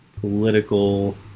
political